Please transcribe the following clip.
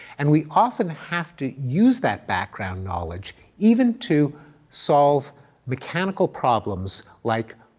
and we often have to use that background knowledge even to solve mechanical problems like,